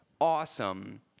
awesome